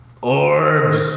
Orbs